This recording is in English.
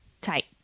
tight